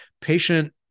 patient